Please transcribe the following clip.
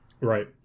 Right